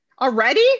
Already